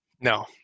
No